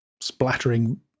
splattering